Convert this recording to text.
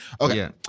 okay